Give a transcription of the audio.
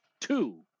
two